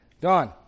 don